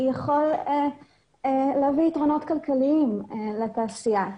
יכולים להביא יתרונות כלכליים לתעשייה,